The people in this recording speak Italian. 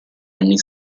anni